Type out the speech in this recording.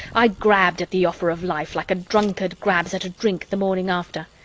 i grabbed at the offer of life like a drunkard grabs at a drink the morning after.